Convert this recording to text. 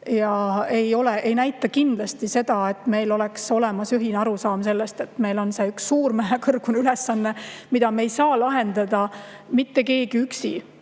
ega näita kindlasti seda, et meil on olemas ühtne arusaam sellest, et meil on üks suur, mäekõrgune ülesanne, mida ei saa lahendada mitte keegi üksi: